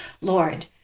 Lord